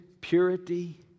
purity